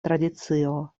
tradicio